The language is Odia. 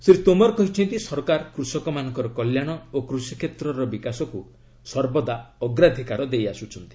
ଶ୍ରୀ ତୋମର କହିଛନ୍ତି ସରକାର କୃଷକମାନଙ୍କର କଲ୍ୟାଣ ଓ କୃଷିକ୍ଷେତ୍ରର ବିକାଶକୁ ସର୍ବଦା ଅଗ୍ରାଧକାର ଦେଇ ଆସୁଛନ୍ତି